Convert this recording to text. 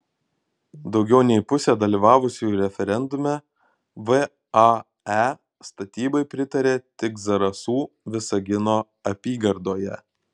daugiau nei pusė dalyvavusiųjų referendume vae statybai pritarė tik zarasų visagino apygardoje